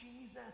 Jesus